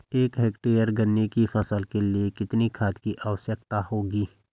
एक हेक्टेयर गन्ने की फसल के लिए कितनी खाद की आवश्यकता होगी?